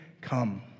come